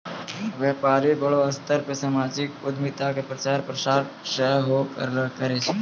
व्यपारी बड़ो स्तर पे समाजिक उद्यमिता के प्रचार प्रसार सेहो करै छै